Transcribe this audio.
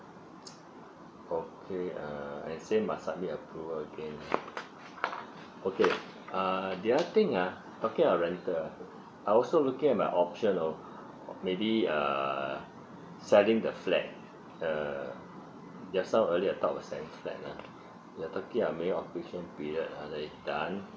okay uh as same must submit approval again ah okay err the other thing ah talking the rental ah I also looking at my option um maybe err selling the flat the there sound earlier I thought was selling the flat ah you're talking minimum occupation period ah that is done